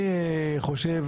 אני חושב